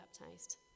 baptized